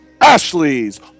Ashley's